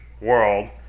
world